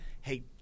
hey